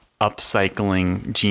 upcycling